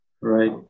Right